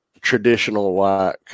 traditional-like